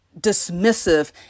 dismissive